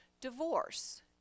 divorce